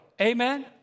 Amen